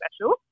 special